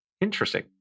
Interesting